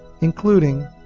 including